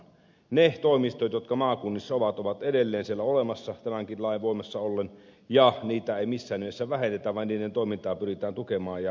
ne toimistot jotka maakunnissa ovat ovat edelleen siellä olemassa tämänkin lain voimassa ollessa ja niitä ei missään nimessä vähennetä vaan niiden toimintaa pyritään tukemaan ja vahvistamaan